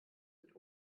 mit